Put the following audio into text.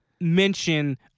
mention